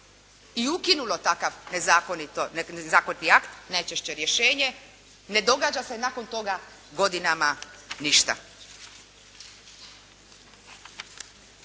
i ukinulo takav nezakoniti akt, najčešće rješenje, ne događa se nakon toga godinama ništa.